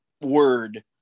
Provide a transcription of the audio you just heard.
word